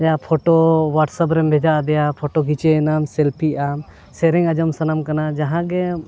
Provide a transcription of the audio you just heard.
photo WhatsApp ᱨᱮᱢ ᱵᱷᱮᱡᱟ ᱟᱫᱮᱭᱟ ᱯᱷᱳᱴᱳ ᱠᱷᱤᱪᱚᱭᱮᱱᱟᱢ ᱥᱮᱞᱯᱷᱤᱜ ᱟᱢ ᱥᱮᱨᱮᱧ ᱟᱸᱡᱚᱢ ᱥᱟᱱᱟᱢ ᱠᱟᱱᱟ ᱡᱟᱦᱟᱸ ᱜᱮ